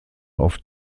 auf